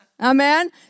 amen